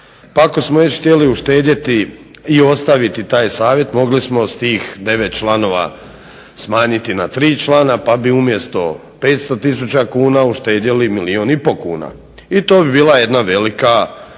pa ako smo već htjeli uštedjeti i ostaviti taj savjet mogli smo s tih 9 članova smanjiti na tri člana pa bi umjesto 500 tisuća kuna uštedjeli milijun i pol kuna. I to bi bila jedna velika